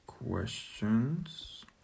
questions